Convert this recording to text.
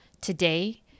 Today